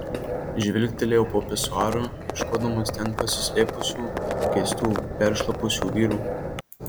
žvilgtelėjau po pisuaru ieškodamas ten pasislėpusių keistų peršlapusių vyrų